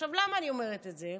עכשיו, למה אני אומרת את זה?